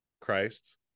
Christ